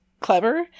clever